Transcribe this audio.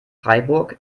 freiburg